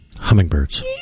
Hummingbirds